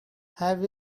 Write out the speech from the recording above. have